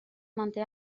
manté